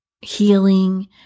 healing